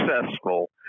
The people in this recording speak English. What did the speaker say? successful